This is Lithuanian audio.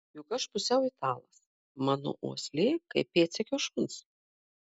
juk aš pusiau italas mano uoslė kaip pėdsekio šuns